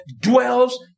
dwells